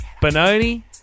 Benoni